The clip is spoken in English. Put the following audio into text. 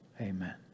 Amen